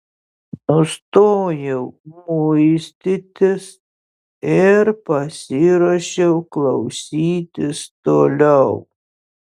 nustojau muistytis ir pasiruošiau klausytis toliau